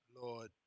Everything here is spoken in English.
Lord